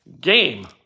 game